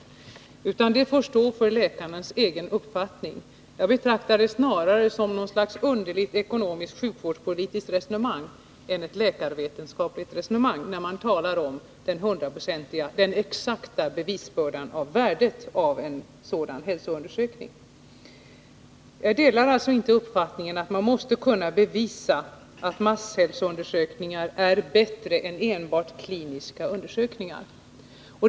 Deras innehåll får läkarna själva stå för. Jag betraktar det snarare som ett underligt, ekonomiskt och sjukvårdspolitiskt resonemang — ett läkarvetenskapligt resonemang — när man talar om den exakta bevisbördan i fråga om värdet av en sådan hälsoundersökning. Jag delar alltså inte uppfattningen att man måste kunna bevisa att masshälsoundersökningar är bättre än enbart kliniska undersökningar.